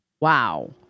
Wow